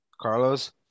Carlos